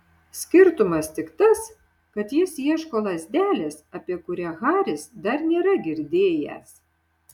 skirtumas tik tas kad jis ieško lazdelės apie kurią haris dar nėra girdėjęs